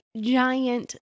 giant